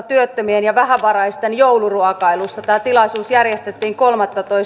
työttömien ja vähävaraisten jouluruokailussa tämä tilaisuus järjestettiin kolmastoista